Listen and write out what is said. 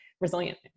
resilient